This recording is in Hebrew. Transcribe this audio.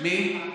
מי?